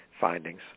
findings